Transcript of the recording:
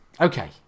okay